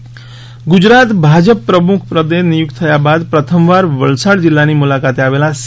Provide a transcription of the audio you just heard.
R Patil Gujarat Bhajpa પ્રમુખ પદે નિયુક્ત થયા બાદ પ્રથમવાર વલસાડ જિલ્લાની મુલાકાતે આવેલા સી